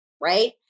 Right